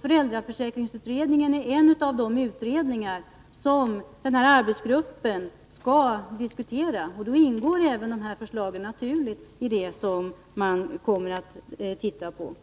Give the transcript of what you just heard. Föräldraförsäkringsutredningen är en av de utredningar som arbetsgruppen skall diskutera. Dessa förslag ingår naturligt i det som man kommer att se på.